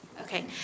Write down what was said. Okay